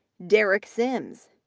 derek simms.